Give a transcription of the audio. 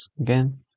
again